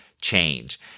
change